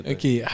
Okay